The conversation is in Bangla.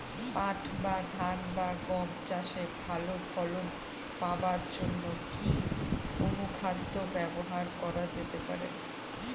পাট বা ধান বা গম চাষে ভালো ফলন পাবার জন কি অনুখাদ্য ব্যবহার করা যেতে পারে?